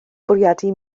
bwriadu